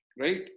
right